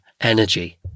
energy